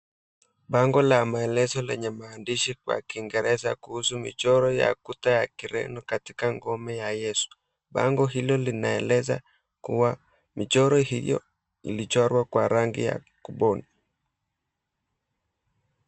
Bango lenye maelezo na maandishi kwa kiingereza kuhusu michoro ya kuta ya kireno katika ngome ya Yesu . Bango hilo linaeleza kuwa michoro hiyo ilichorwa kwa rangi ya kubuni.